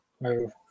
move